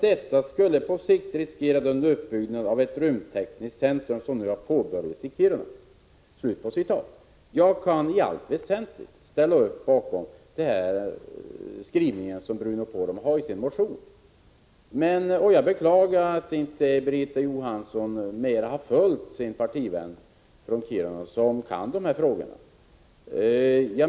Detta skulle på sikt riskera den uppbyggnad av ett rymdtekniskt centrum som nu har påbörjats i Kiruna.” Jag kan i allt väsentligt ställa upp bakom skrivningen i Bruno Poromaas motion. Jag beklagar att Birgitta Johansson inte mer har följt sin partivän från Kiruna. Han kan ju de här frågorna.